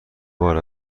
بار